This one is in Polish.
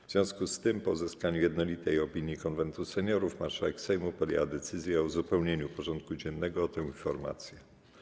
W związku z tym, po uzyskaniu jednolitej opinii Konwentu Seniorów, marszałek Sejmu podjęła decyzję o uzupełnieniu porządku dziennego o tę informację.